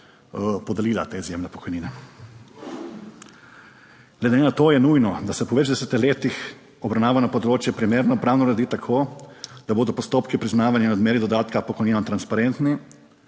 podelila te izjemne pokojnine. Glede na to je nujno, da se po več desetih letih obravnavano področje primerno pravno uredi tako, da bodo postopki priznavanja in odmere dodatka k pokojninam transparentni,